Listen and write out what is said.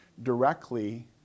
directly